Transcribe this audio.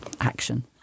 Action